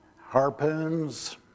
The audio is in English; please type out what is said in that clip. Harpoons